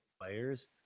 players